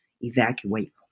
evacuate